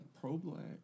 Pro-black